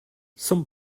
some